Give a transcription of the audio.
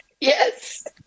Yes